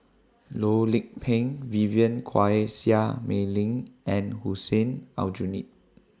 Loh Lik Peng Vivien Quahe Seah Mei Lin and Hussein Aljunied